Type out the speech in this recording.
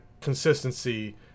consistency